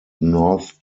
north